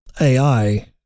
AI